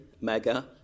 mega